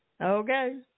Okay